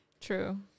True